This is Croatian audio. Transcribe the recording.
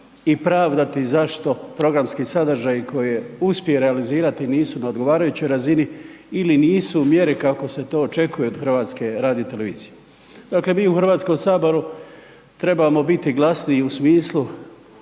i pravdati zašto programski sadržaji koje uspije realizirati nisu na odgovarajućoj razini ili nisu u mjeri kako se to očekuje od HRT-a. Dakle, mi u Hrvatskom saboru trebamo biti glasniji u smislu